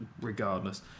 Regardless